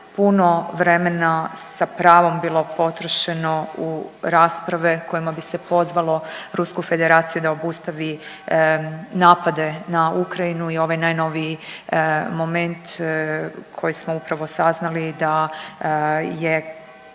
puno vremena sa pravom bilo potrošeno u rasprave kojima bi se pozvalo Rusku Federaciju da obustavi napade na Ukrajinu i ovaj najnoviji moment koji smo upravo saznali da je